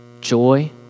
joy